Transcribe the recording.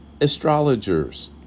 astrologers